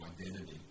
identity